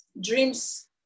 dreams